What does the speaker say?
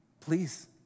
please